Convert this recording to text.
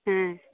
ᱦᱮᱸ